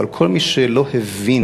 אבל כל מי שלא הבין